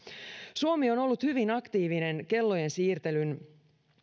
suomi on on ollut hyvin aktiivinen kellojen siirtelyn